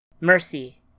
Mercy